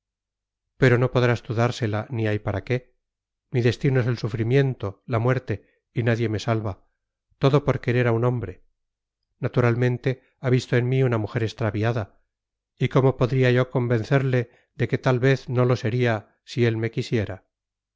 pero no podrás tú dársela ni hay para qué mi destino es el sufrimiento la muerte y nadie me salva todo por querer a un hombre naturalmente ha visto en mí una mujer extraviada y cómo podría yo convencerle de que tal vez no lo sería si él me quisiera